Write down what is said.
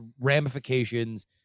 ramifications